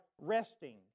resting